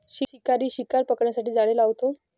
शिकारी शिकार पकडण्यासाठी जाळे लावतो